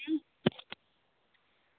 ᱦᱩᱸ